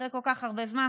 אחרי כל כך הרבה זמן,